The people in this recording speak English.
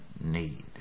need